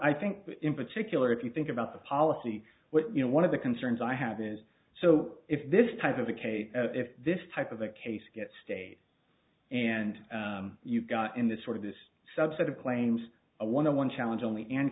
i think in particular if you think about the policy which you know one of the concerns i have is so if this type of a case if this type of a case gets state and you've got in this sort of this subset of claims a one on one challenge only and